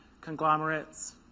conglomerates